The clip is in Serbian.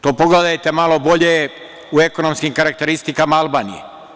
To pogledajte malo bolje u ekonomskim karakteristikama Albanije.